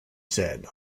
said